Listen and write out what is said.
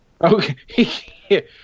Okay